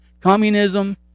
Communism